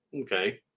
Okay